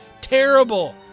Terrible